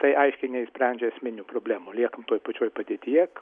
tai aiškiai neišsprendžia esminių problemų liekam toj pačioj padėtyje